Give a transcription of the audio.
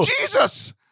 Jesus